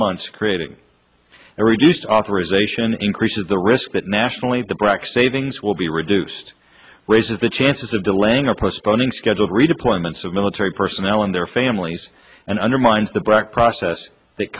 months creating a reduced authorization increases the risk that nationally the brac savings will be reduced raises the chances of delaying or postponing scheduled redeployments of military personnel and their families and undermines the brac process that